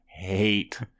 hate